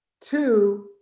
Two